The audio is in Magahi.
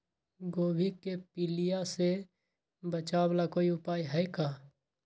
गोभी के पीलिया से बचाव ला कोई उपाय है का?